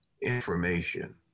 information